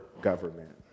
government